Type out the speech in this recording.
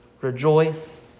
rejoice